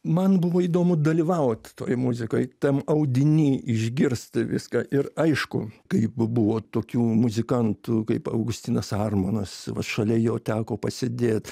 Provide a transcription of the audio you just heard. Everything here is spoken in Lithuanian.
man buvo įdomu dalyvaut toj muzikoj tam audiny išgirst viską ir aišku kaip buvo tokių muzikantų kaip augustinas armonas šalia jo teko pasėdėt